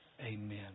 Amen